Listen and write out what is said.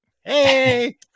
Hey